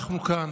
אנחנו כאן